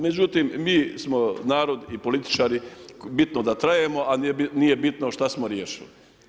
Međutim, mi smo narod i političari bitno da trajemo, a nije bitno šta smo riješili.